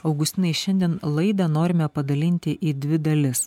augustinai šiandien laidą norime padalinti į dvi dalis